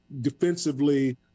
defensively